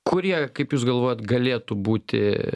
kurie kaip jūs galvojat galėtų būti